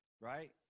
Right